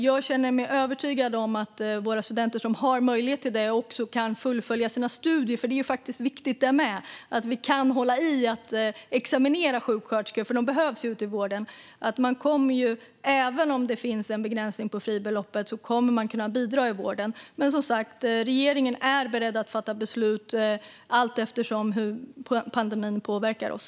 Jag känner mig därför övertygad om att våra studenter som har möjlighet att bidra i vården också kan fullfölja sina studier. Att vi kan hålla i och examinera sjuksköterskor är ju viktigt det med, för de behövs ute i vården. Regeringen är som sagt beredd att fatta beslut allteftersom hur pandemin påverkar oss.